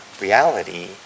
reality